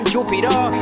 Jupiter